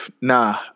Nah